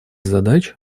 задач